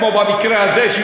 כמו במקרה הזה,